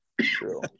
true